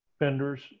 vendors